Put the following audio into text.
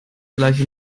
gleiche